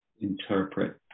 interpret